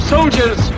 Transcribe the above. Soldiers